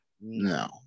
No